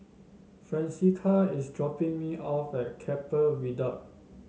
Francesca is dropping me off at Keppel Viaduct